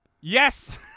Yes